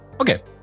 Okay